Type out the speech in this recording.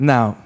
Now